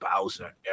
Bowser